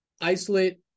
isolate